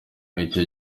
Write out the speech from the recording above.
icyo